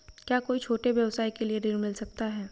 क्या कोई छोटे व्यवसाय के लिए ऋण मिल सकता है?